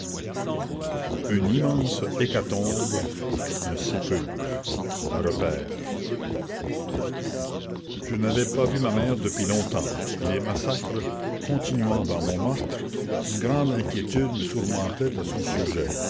une immense hécatombe un sépulcre un repaire la commune je n'avais pas vu ma mère depuis longtemps et les massacres continuant dans montmartre une grande inquiétude me tourmentait à son sujet